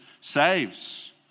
saves